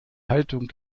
haltung